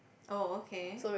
oh okay